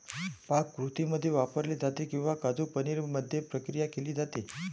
पाककृतींमध्ये वापरले जाते किंवा काजू पनीर मध्ये प्रक्रिया केली जाते